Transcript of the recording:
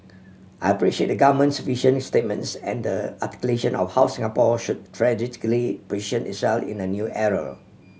I appreciate the Government's vision statements and the articulation of how Singapore should strategically position itself in the new era